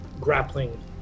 grappling